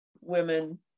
women